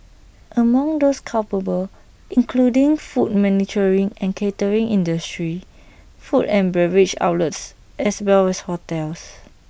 among those culpable includeding food manufacturing and catering industries food and beverage outlets as well as hotels